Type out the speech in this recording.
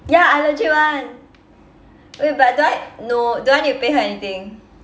ya I legit want wait but do I no do I need to pay her anything